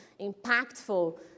impactful